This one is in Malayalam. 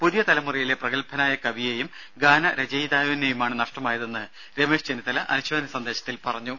പുതിയ തലമുറയിലെ പ്രഗത്ഭനായ കവിയെയും ഗാനരചയിതാവിനെയുമാണ് നഷ്ടമായതെന്ന് രമേശ് ചെന്നിത്തല അനുശോചന സന്ദേശത്തിൽ പറഞ്ഞു